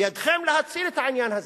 בידכם להציל את העניין הזה.